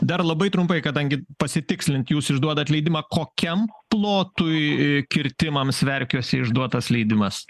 dar labai trumpai kadangi pasitikslint jūs išduodat leidimą kokiam plotui kirtimams verkiuose išduotas leidimas